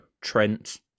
Trent